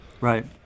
Right